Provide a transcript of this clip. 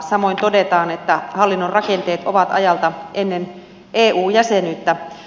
samoin todetaan että hallinnon rakenteet ovat ajalta ennen eu jäsenyyttä